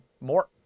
more